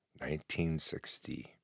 1960